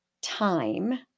time